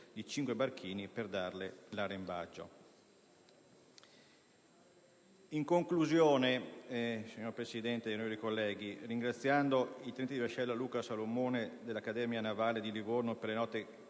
cinque barchini per darle l'arrembaggio.